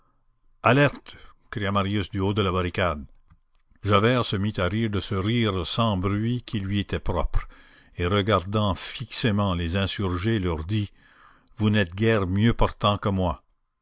cria marius du haut de la barricade javert se mit à rire de ce rire sans bruit qui lui était propre et regardant fixement les insurgés leur dit vous n'êtes guère mieux portants que moi